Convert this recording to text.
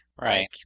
Right